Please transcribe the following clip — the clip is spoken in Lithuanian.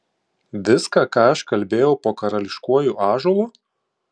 viską ką aš kalbėjau po karališkuoju ąžuolu